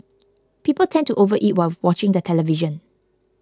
people tend to overeat while watching the television